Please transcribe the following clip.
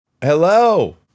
Hello